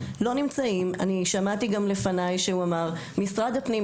אני שמעתי גם לפניי שהוא אמר: משרד הפנים,